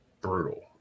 brutal